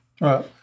Right